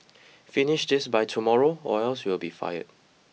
finish this by tomorrow or else you'll be fired